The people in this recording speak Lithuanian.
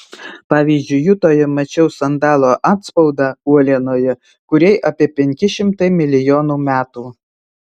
pavyzdžiui jutoje mačiau sandalo atspaudą uolienoje kuriai apie penki šimtai milijonų metų